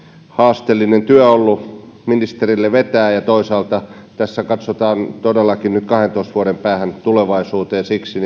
haasteellinen työ ollut ministerille vetää ja toisaalta tässä katsotaan todellakin nyt kahdentoista vuoden päähän tulevaisuuteen siksi